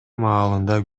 маалында